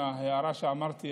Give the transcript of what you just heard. ההערה שאמרתי,